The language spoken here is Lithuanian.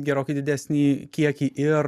gerokai didesnį kiekį ir